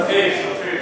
כספים.